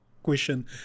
Question